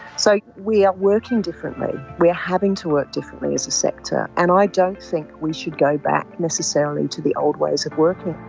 so we are working differently, we are having to work differently as a sector, and i don't think we should go back necessarily to the old ways of working.